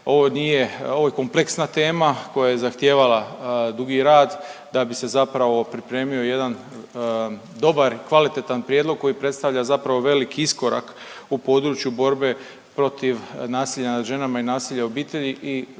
ovo je kompleksna tema koja je i zahtijevala dugi rad da bi se zapravo pripremio jedan dobar i kvalitetan prijedlog koji predstavlja zapravo velik iskorak u području borbe protiv nasilja nad ženama i nasilja u obitelji